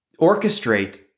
orchestrate